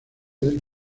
del